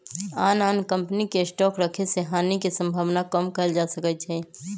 आन आन कम्पनी के स्टॉक रखे से हानि के सम्भावना कम कएल जा सकै छइ